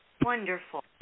Wonderful